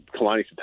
Kalani